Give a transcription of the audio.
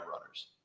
runners